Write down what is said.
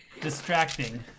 distracting